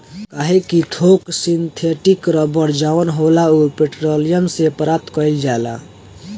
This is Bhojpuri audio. काहे कि थोक सिंथेटिक रबड़ जवन होला उ पेट्रोलियम से प्राप्त कईल जाला